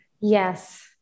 Yes